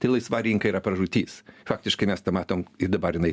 ta laisva rinka yra pražūtis faktiškai mes tą matom ir dabar jinai